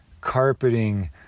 carpeting